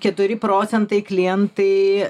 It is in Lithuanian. keturi procentai klientai